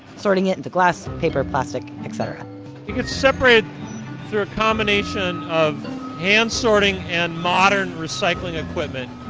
sorting it into glass, paper, plastic, et cetera. it gets separated through a combination of hand sorting and modern recycling equipment.